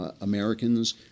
Americans